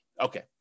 okay